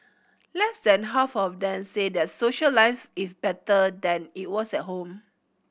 less than half of them say their social life is better than it was at home